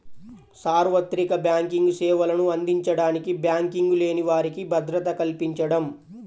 సార్వత్రిక బ్యాంకింగ్ సేవలను అందించడానికి బ్యాంకింగ్ లేని వారికి భద్రత కల్పించడం